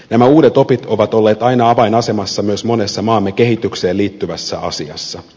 nämä uudet opit ovat olleet aina avainasemassa myös monessa maamme kehitykseen liittyvässä asiassa